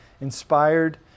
inspired